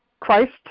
christ